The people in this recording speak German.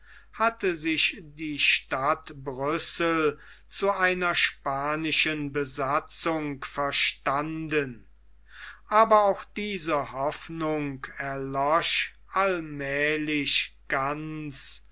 hatte sich die stadt brüssel zu einer spanischen besatzung verstanden aber auch diese hoffnung erlosch allmählich ganz